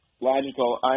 logical